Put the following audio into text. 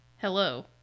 Hello